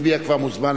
כאן.